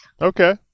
Okay